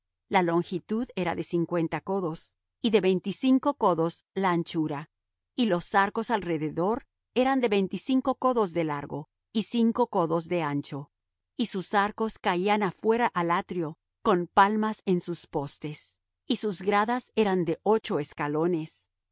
la longitud era de cincuenta codos y de veinticinco codos la anchura y los arcos alrededor eran de veinticinco codos de largo y cinco codos de ancho y sus arcos caían afuera al atrio con palmas en sus postes y sus gradas eran de ocho escalones